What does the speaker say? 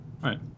Right